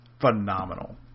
phenomenal